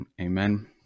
Amen